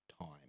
time